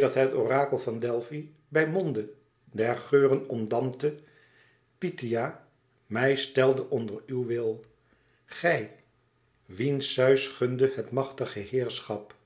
het orakel van delfi bij monde der geuren omdampte pythia mij stelde onder uw wil gij wien zeus gunde het machtige heerscherschap